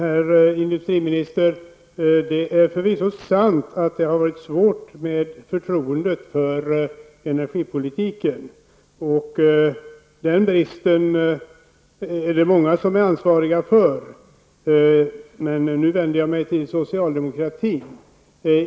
Fru talman! Det är förvisso sant att det har varit svårt med förtroendet för energipolitiken, herr industriminister. Den bristen är det många som är ansvariga för. Men nu vänder jag mig till socialdemokraterna.